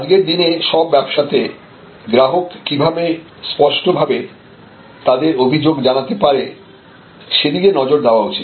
আজকের দিনে সব ব্যবসাতে গ্রাহক কিভাবে স্পষ্ট ভাবে তাদের অভিযোগ জানাতে পারে সেদিকে নজর দেওয়া উচিত